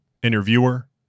Interviewer